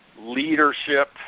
leadership